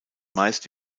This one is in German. meist